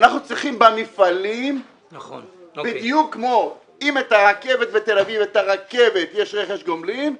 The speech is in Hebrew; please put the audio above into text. אנחנו צריכים במפעלים בדיוק כמו אם ברכבת בתל אביב יש רכש גומלין,